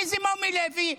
מי זה מומי לוי?